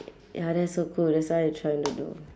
ya that's so cool that's why I trying to do